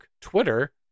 Twitter